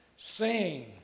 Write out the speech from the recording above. Sing